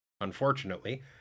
Unfortunately